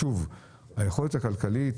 שוב, היכולת הכלכלית